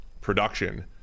production